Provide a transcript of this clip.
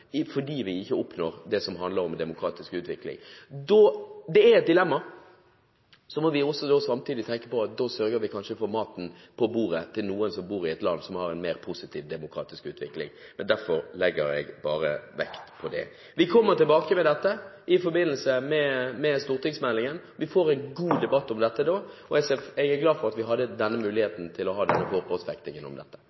fordi vi ikke oppnår det som handler om demokratisk utvikling. Det er et dilemma. Så må vi også samtidig tenke på at da sørger vi kanskje for maten på bordet til noen som bor i et land som har en mer positiv demokratisk utvikling. Derfor legger jeg vekt på det. Vi kommer tilbake til dette i forbindelse med stortingsmeldingen. Vi får en god debatt om dette da, og jeg er glad for at vi hadde denne muligheten til å ha denne